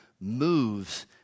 moves